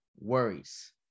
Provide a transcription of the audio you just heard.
worries